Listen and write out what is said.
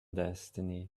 destiny